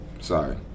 Sorry